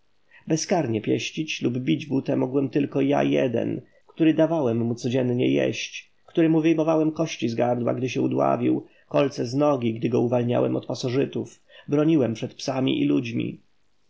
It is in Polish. bezkarnie pieścić lub bić butę mogłem tylko ja jeden który dawałem mu codziennie jeść pić który mu wyjmowałem kości z gardła gdy się udławił kolce z nogi który go uwalniałem od pasożytów broniłem przed psami i ludźmi